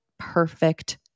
perfect